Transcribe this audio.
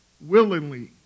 willingly